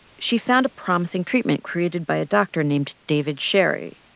she found a promising treatment created by a doctor named david sherry.